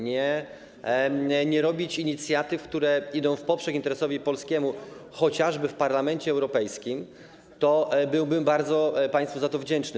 nie robić inicjatyw, które idą w poprzek interesowi polskiemu, chociażby w Parlamencie Europejskim, to byłbym bardzo państwu za to wdzięczny.